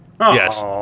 Yes